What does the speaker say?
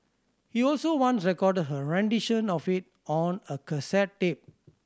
he also once recorded her rendition of it on a cassette tape